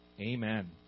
Amen